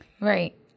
Right